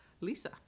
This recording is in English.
Lisa